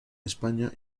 españa